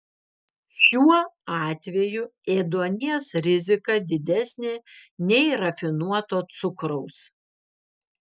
šiuo atveju ėduonies rizika didesnė nei rafinuoto cukraus